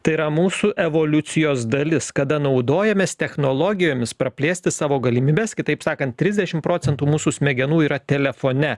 tai yra mūsų evoliucijos dalis kada naudojamės technologijomis praplėsti savo galimybes kitaip sakant trisdešimt procentų mūsų smegenų yra telefone